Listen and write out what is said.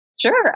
Sure